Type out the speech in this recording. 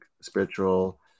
spiritual